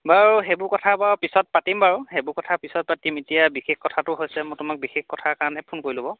বাৰু সেইবোৰ কথা পিছত পাতিম বাৰু সেইবোৰ কথা পিছত পাতিম এতিয়া বিশেষ কথাটো হৈছে মই তোমাক বিশেষ কথাৰ কাৰণেহে ফোন কৰিলোঁ বাৰু